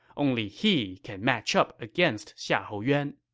only he can match up against xiahou yuan.